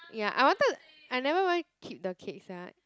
ya I wanted I never even keep the cake sia